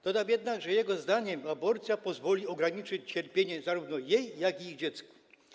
Dodał jednak, że jego zdaniem aborcja pozwoli ograniczyć cierpienie zarówno jej, jak i ich dziecka.